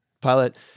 pilot